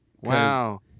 Wow